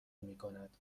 میکند